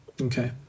Okay